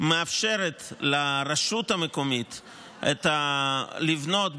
מאפשרת לרשות המקומית לבנות,